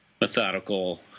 methodical